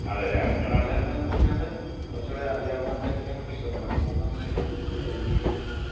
അതെ അല്ലേ അങ്ങനെയുള്ള ആൾക്കാരുണ്ടെങ്കിൽ നമുക്ക് അതിനകത്ത് കുറച്ചു കൂടി അറിയാവുന്ന ആൾക്കാരൊക്കെയാണെ വിശ്വാസമാണ് വണ്ടി മാത്രം നമ്മൾ നമ്മുടെ കൈയ്യിൽ കിട്ടിക്കഴിഞ്ഞാലത്